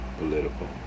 Political